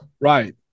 Right